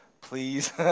please